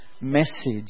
message